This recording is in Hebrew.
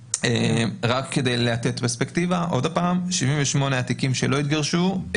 רק כדי לתת פרספקטיבה עוד פעם: 78 התיקים שלא התגרשו,